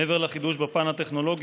מעבר לחידוש בפן הטכנולוגי,